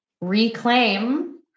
reclaim